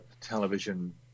television